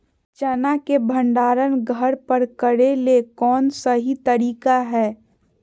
चना के भंडारण घर पर करेले कौन सही तरीका है?